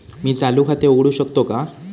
मी चालू खाते उघडू शकतो का?